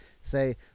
say